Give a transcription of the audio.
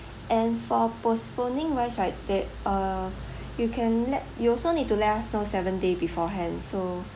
and for postponing wise right there uh you can let you also need to let us know seven day beforehand so